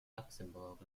luxembourg